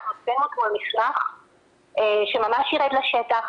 אנחנו הוצאנו אתמול מסמך שממש יירד לשטח